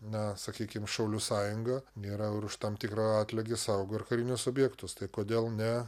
na sakykim šaulių sąjunga nėra ir už tam tikrą atlygį saugo ir karinius objektus tai kodėl ne